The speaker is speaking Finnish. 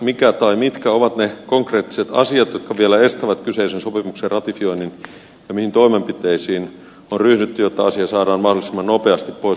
mikä tai mitkä ovat ne konkreettiset asiat jotka vielä estävät kyseisen sopimuksen ratifioinnin ja mihin toimenpiteisiin on ryhdytty jotta asia saadaan mahdollisimman nopeasti pois päiväjärjestyksestä